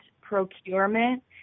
procurement